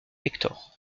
hector